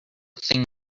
thing